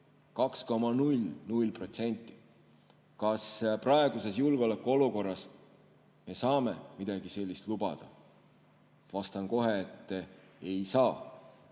2,00%! Kas praeguses julgeolekuolukorras me saame midagi sellist lubada? Vastan kohe, et ei saa.